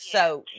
So-